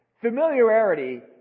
Familiarity